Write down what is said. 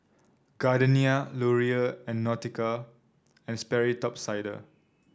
Gardenia Laurier and Nautica And Sperry Top Sider